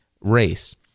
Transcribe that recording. race